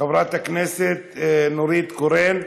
חברת הכנסת נורית קורן,